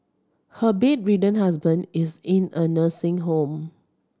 her bedridden husband is in a nursing home